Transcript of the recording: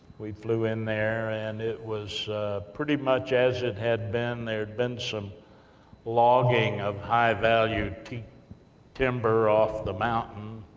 we flew in there, and it was pretty much as it had been. there'd been some logging of high valued timber off the mountain,